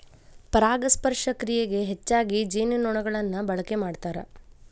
ಪರಾಗಸ್ಪರ್ಶ ಕ್ರಿಯೆಗೆ ಹೆಚ್ಚಾಗಿ ಜೇನುನೊಣಗಳನ್ನ ಬಳಕೆ ಮಾಡ್ತಾರ